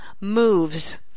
moves